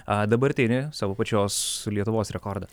dabartinį savo pačios lietuvos rekordą